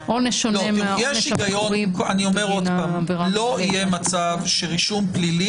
אבל אני אומר שלא יהיה מצב שרישום פלילי